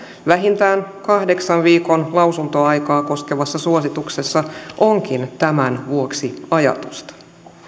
vähintään kahdeksan viikon lausuntoaikaa koskevassa suosituksessa onkin tämän vuoksi ajatusta